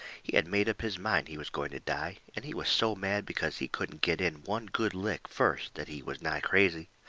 he had made up his mind he was going to die, and he was so mad because he couldn't get in one good lick first that he was nigh crazy.